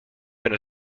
been